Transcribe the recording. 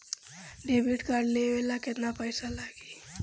Debit card लेवे ला केतना पईसा लागी?